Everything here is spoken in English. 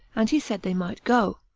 and he said they might go.